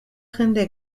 jende